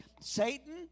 Satan